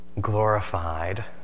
glorified